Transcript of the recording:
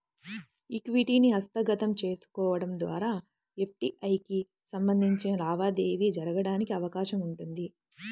ఈక్విటీని హస్తగతం చేసుకోవడం ద్వారా ఎఫ్డీఐకి సంబంధించిన లావాదేవీ జరగడానికి అవకాశం ఉంటుంది